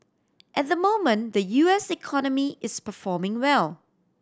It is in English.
at the moment the U S economy is performing well